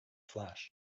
flash